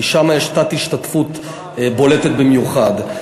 כי שם יש תת-השתתפות בולטת במיוחד.